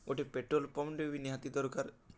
ଗୁଟେ ପେଟ୍ରୋଲ୍ପମ୍ପ୍ଟେ ବି ନିହାତି ଦର୍କାର୍